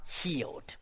healed